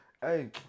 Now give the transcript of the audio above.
Hey